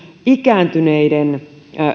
ikääntyneiden